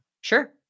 Sure